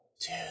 Two